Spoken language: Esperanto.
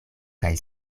kaj